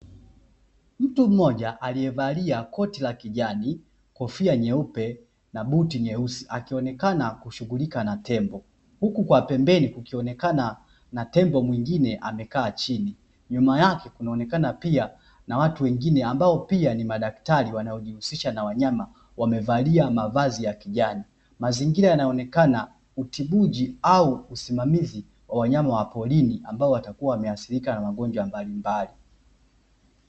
Mtu mmoja aliyevalia koti la kijani kofia nyeupe na buti nyeusi akionekana kushughulika na tembo, huku kwa pembeni kukionekana na tembo mwingine amekaa chini nyuma yake kunaonekana pia na watu wengine ambao pia ni madaktari wanaojihusisha na wanyama, wamevalia mavazi ya kijani mazingira yanaonekana utibuji au kusimamizi wa wanyama wa porini ambao watakuwa wameathirika na magonjwa mbalimbali.